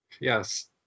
Yes